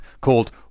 called